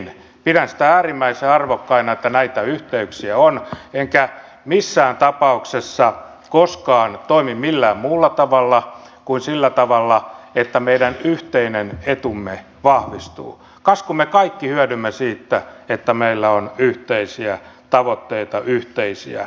pidän sitä äärimmäisen arvokkaana että näitä yhteyksiä on enkä missään tapauksessa koskaan toimi millään muulla tavalla kuin sillä tavalla että meidän yhteinen etumme vahvistuu kas kun me kaikki hyödymme siitä että meillä on yhteisiä tavoitteita yhteisiä etuja